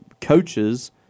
coaches –